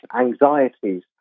anxieties